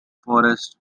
forrest